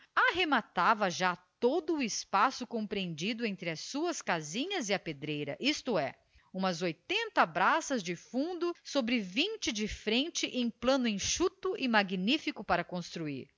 arrematava já todo o espaço compreendido entre as suas casinhas e a pedreira isto é umas oitenta braças de fundo sobre vinte de frente em plano enxuto e magnífico para construir